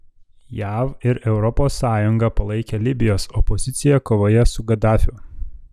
jav ir europos sąjunga palaikė libijos opoziciją kovoje su gadafiu